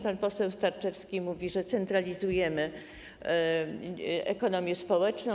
Pan poseł Sterczewski mówi, że centralizujemy ekonomię społeczną.